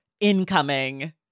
incoming